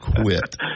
quit